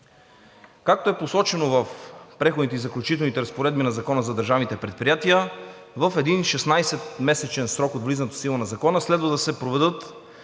Както е посочено в Преходните и заключителните разпоредби на Закона за държавните предприятия, в един 16-месечен срок от влизането в сила на Закона следва да се проведат